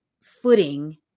footing